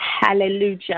Hallelujah